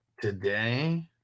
today